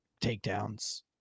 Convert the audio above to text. takedowns